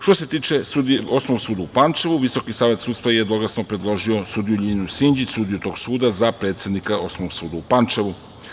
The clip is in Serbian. Što se tiče Osnovnog suda u Pančevu, Visoki savet sudstva je jednoglasno predložio sudiju Ljiljanu Sinđić, sudiju tog suda, za predsednika Osnovnog suda u Pančevu.